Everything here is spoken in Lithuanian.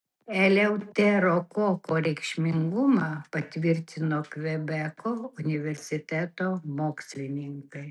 eleuterokoko reikšmingumą patvirtino kvebeko universiteto mokslininkai